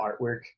artwork